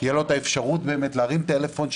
תהיה לו אפשרות להרים טלפון,